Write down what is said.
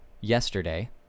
yesterday